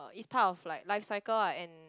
is part of like life cycle ah and